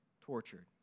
tortured